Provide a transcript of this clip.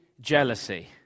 jealousy